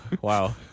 wow